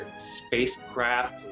spacecraft